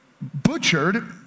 butchered